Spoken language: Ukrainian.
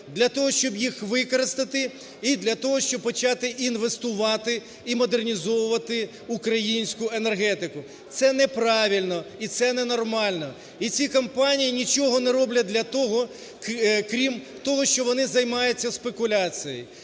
для того, щоб їх використати, і для того, щоб почати інвестувати і модернізовувати українську енергетику. Це неправильно і це ненормально. І ці компанії нічого не роблять для того, крім того що вони займаються спекуляцією.